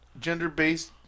Gender-based